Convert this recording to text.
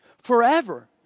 forever